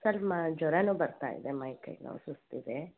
ಸ್ವಲ್ಪ ಜ್ವರವೂ ಬರ್ತಾಯಿದೆ ಮೈ ಕೈ ನೋವು ಸುಸ್ತಿದೆ